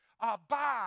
abide